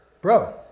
bro